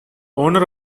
owner